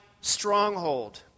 stronghold